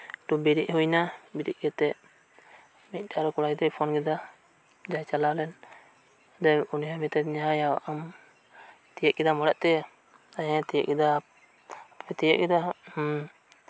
ᱢᱤᱫᱫᱷᱟᱣ ᱵᱤᱨᱤᱫ ᱦᱩᱭᱮᱱᱟ ᱟᱫᱚ ᱵᱤᱨᱤᱫ ᱠᱟᱛᱮᱫ ᱢᱤᱫᱴᱮᱡ ᱟᱨᱦᱚᱸ ᱠᱚᱲᱟ ᱜᱤᱫᱽᱨᱟᱹᱭ ᱯᱷᱚᱱ ᱠᱮᱫᱟ ᱡᱟᱦᱟᱸᱭ ᱪᱟᱞᱟᱣᱞᱮᱱ ᱟᱫᱚ ᱩᱱᱤᱦᱚᱭ ᱢᱮᱛᱟᱫᱤᱧᱟᱹ ᱦᱟᱭᱟ ᱛᱤᱭᱟᱹᱜ ᱠᱮᱫᱟᱢ ᱚᱲᱟᱜ ᱛᱮ ᱦᱮᱸ ᱛᱤᱭᱟᱹᱜ ᱠᱮᱫᱟ ᱟᱯᱮᱯᱮ ᱛᱤᱭᱟᱹᱜ ᱠᱮᱫᱟ ᱦᱮᱸ